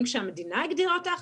האם כשהמדינה הגדירה אותך,